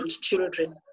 children